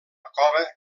cova